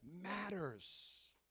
matters